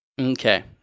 Okay